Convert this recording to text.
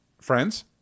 Friends